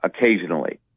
occasionally